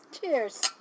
Cheers